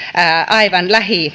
aivan